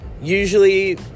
Usually